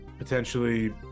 potentially